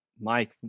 Mike